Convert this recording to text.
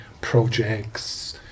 projects